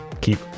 keep